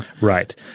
Right